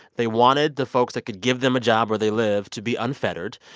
they wanted the folks that could give them a job where they live to be unfettered.